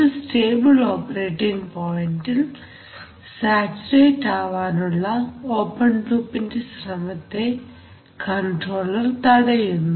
ഒരു stable operating പോയിന്റിൽ saturate ആവാനുള്ള ഓപ്പൺ ലൂപ്പിൻറെ ശ്രമത്തെ കൺട്രോളർ തടയുന്നു